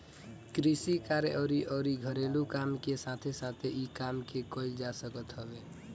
कृषि कार्य अउरी अउरी घरेलू काम के साथे साथे इ काम के कईल जा सकत हवे